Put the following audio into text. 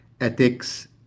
ethics